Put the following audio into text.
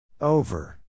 Over